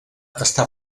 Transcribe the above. està